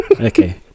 okay